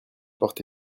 porte